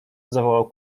zawołał